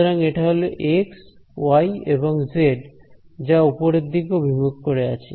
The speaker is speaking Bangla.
সুতরাং এটা হল এক্স ওয়াই এবং জেড যা উপরের দিকে অভিমুখ করে আছে